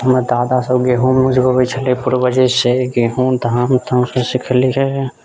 हमर दादा सब गेहुम उपजबै छलै पूर्बजेसँ गेहूँ धान तऽ हमसब सीखलियै